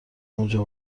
اونجا